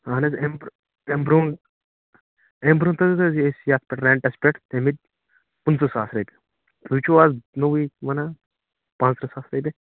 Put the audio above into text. اَہَن حظ اَمہِ برٛونٛہہ اَمہِ برٛونٛہہ اَمہِ برٛونٛہہ تہِ حظ ٲسۍ یتھ پٮ۪ٹھ ریٚنٹَس پٮ۪ٹھ تھٲومٕتۍ پٕنٛژٕہ ساس رۄپیہِ تُہۍ چھو اَز نوٚوُے ونان پانٛژترٕٛہ ساس رۄپیہِ